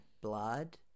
blood